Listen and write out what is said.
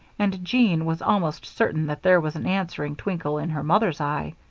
and jean was almost certain that there was an answering twinkle in her mother's eye.